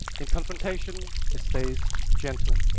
in confrontation, it stays gentle.